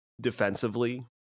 defensively